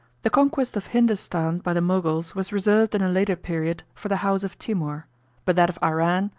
the conquest of hindostan by the moguls was reserved in a later period for the house of timour but that of iran,